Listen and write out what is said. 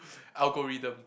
algorithm